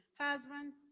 husband